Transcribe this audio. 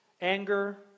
anger